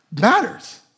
matters